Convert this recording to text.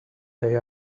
they